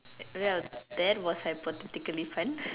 well that was hypothetically fun